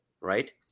right